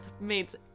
makes